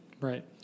Right